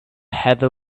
heather